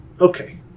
okay